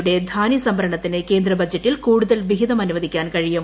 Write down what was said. യുടെ ധാനൃസംഭരണത്തിന് കേന്ദ്ര ബജറ്റിൽ കൂടുതൽ വിഹിതം അനുവദിക്കാൻ കഴിയും